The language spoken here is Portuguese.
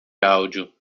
áudio